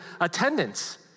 attendance